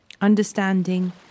understanding